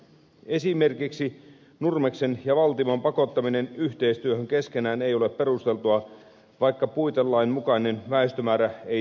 esimerkiksi nurmeksen ja valtimon pakottaminen yhteistyöhön keskenään ei ole perusteltua vaikka puitelain mukainen väestömäärä ei täytykään